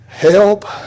Help